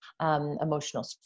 Emotional